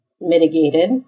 mitigated